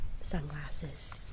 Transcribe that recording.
sunglasses